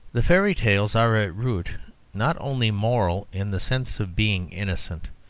the fairy-tales are at root not only moral in the sense of being innocent,